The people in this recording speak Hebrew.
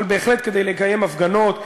אבל בהחלט כדי לקיים הפגנות,